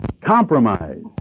compromise